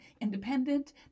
independent